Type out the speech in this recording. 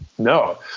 No